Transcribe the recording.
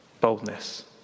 boldness